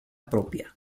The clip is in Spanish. propia